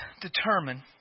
determine